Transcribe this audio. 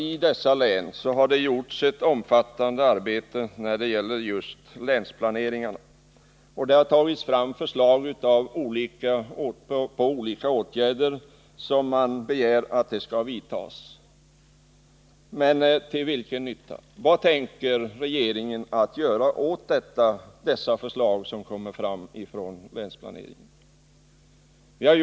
I dessa län har det gjorts ett omfattande arbete i länsplaneringen, och förslag har lagts fram om olika åtgärder som man begär skall vidtas. Men till vilken nytta? Vad tänker regeringen göra åt de förslag som kommer fram i länsplaneringarna?